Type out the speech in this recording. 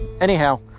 Anyhow